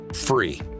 free